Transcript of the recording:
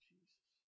Jesus